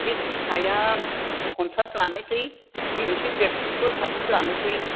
बे फिसाया पन्सास लानोसै बे एसे देरसिनखौ साथि लानोसै